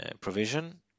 provision